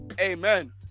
Amen